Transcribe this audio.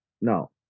No